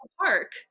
park